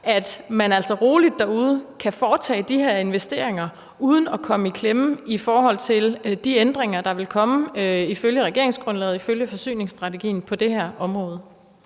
at man altså roligt derude kan foretage de her investeringer uden at komme i klemme i forhold til de ændringer, der vil komme ifølge regeringsgrundlaget og ifølge forsyningsstrategien på det her område?